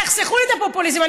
תחסכו לי את הפופוליזם.